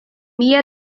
mila